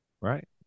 Right